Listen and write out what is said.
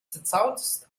zerzaust